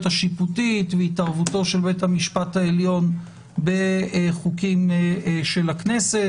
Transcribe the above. השיפוטית והתערבותו של בית המשפט העליון בחוקים של הכנסת,